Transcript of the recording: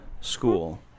school